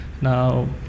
now